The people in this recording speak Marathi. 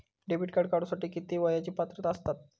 डेबिट कार्ड काढूसाठी किती वयाची पात्रता असतात?